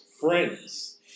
friends